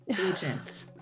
agent